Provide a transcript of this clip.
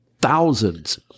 Thousands